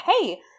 hey